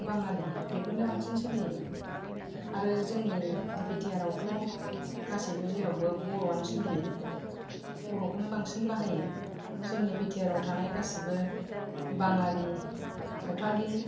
बाङालि बेफोरनो बांसिन सोलियो आरो जोंनि बि टि आर आवथ' गासैबो जेरावबो बर'आनो सोलियो बर'खौनो बांसिन बाहायो जोंनि बि टि आर आव थानाय गासिबो बाङालि सावथालि